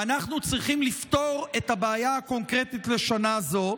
ואנחנו צריכים לפתור את הבעיה קונקרטית לשנה זו,